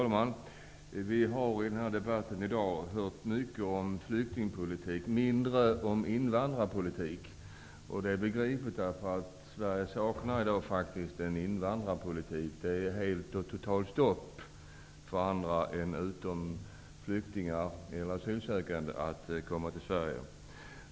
Herr talman! Vi har i debatten i dag hört mycket om flyktingpolitik men mindre om invandrarpolitik. Det är begripligt, därför att Sverige saknar faktiskt en invandrarpolitik. Det är totalt stopp för andra än flyktingar eller asylsökande att komma till Sverige.